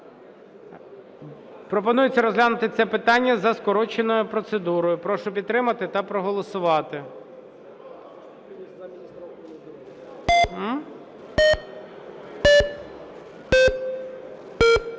Пропонується розглянути це питання за скороченою процедурою. Прошу підтримати та проголосувати.